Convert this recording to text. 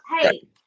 hey